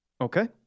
Okay